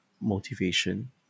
motivation